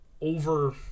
over